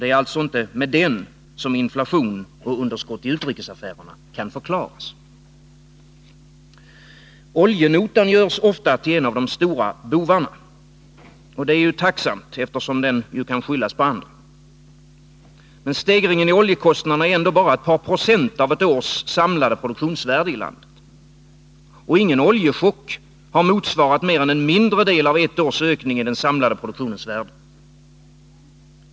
Det är alltså inte med den som inflation och underskott i utrikesaffärerna kan förklaras. Oljenotan görs ofta till en av de stora bovarna. Det är tacksamt, eftersom den ju kan skyllas på andra. Men stegringen i oljekostnaden är ändå bara ett par procent av ett års samlade produktionsvärde i landet. Och ingen oljechock har motsvarat mer än en mindre del av ett års ökning i den samlade produktionens värde.